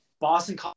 Boston